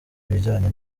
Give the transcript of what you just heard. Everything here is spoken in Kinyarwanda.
ibijyanye